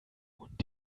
und